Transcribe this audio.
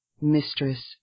mistress